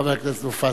חבר הכנסת מופז,